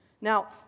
Now